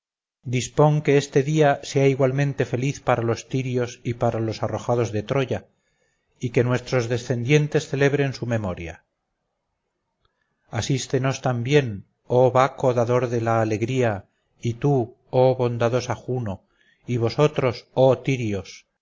dispón que este día sea igualmente feliz para los tirios y para los arrojados de troya y que nuestros descendientes celebren su memoria asístenos también oh baco dador de la alegría y tú oh bondadosa juno y vosotros oh tirios